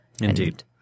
Indeed